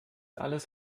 alles